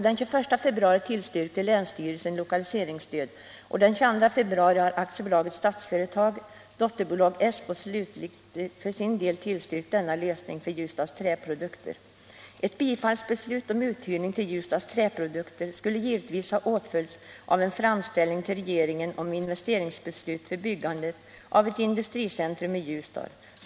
Den 21 februari tillstyrkte länsstyrelsen lokaliseringsstödet och den 22 februari tillstyrkte Statsföretags dotterbolag Essbo för sin del slutgiltigt denna lösning för Ljusdals Träprodukter. Ett beslut om uthyrning till Ljusdals Träprodukter skulle givetvis ha åtföljts av en framställning till regeringen om investeringsbeslut för byggandet av ett industricentrum i Ljusdal.